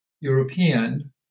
European